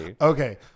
Okay